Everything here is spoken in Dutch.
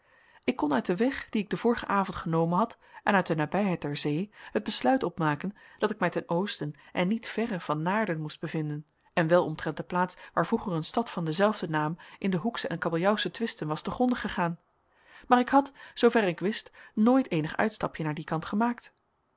ik kon uit den weg dien ik den vorigen avond genomen had en uit de nabijheid der zee het besluit opmaken dat ik mij ten oosten en niet verre van naarden moest bevinden en wel omtrent de plaats waar vroeger een stad van denzelfden naam in de hoeksche en kabeljauwsche twisten was te gronde gegaan maar ik had zooverre ik wist nooit eenig uitstapje naar dien kant gemaakt